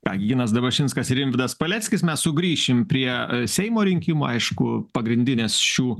ką gi ginas dabašinskas ir rimvydas paleckis mes sugrįšim prie seimo rinkimų aišku pagrindinės šių